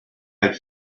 had